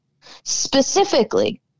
specifically